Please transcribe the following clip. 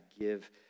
give